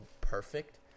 perfect